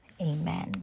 amen